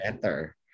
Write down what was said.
better